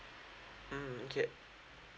mm okay